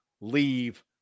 leave